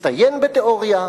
הצטיין בתיאוריה,